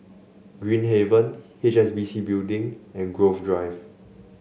Green Haven H S B C Building and Grove Drive